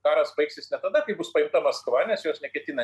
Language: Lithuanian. karas baigsis ne tada kai bus paimta paskola nes jos neketina